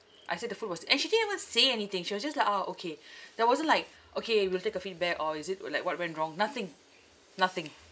I said the food was and she didn't even say anything she was just like ah okay there wasn't like okay we'll take a feedback or is it uh like what went wrong nothing nothing